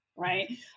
right